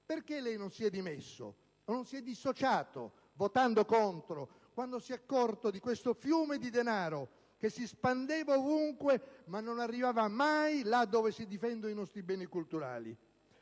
Perché non si è dimesso o non si è dissociato, votando contro, quando si è accorto di questo fiume di denaro che si spandeva ovunque, ma non arrivava mai là dove si difendono i nostri beni culturali?